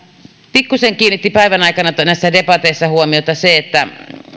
pikkusen kiinnitti päivän aikana näissä debateissa huomiota se että